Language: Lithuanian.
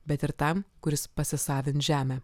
bet ir tam kuris pasisavins žemę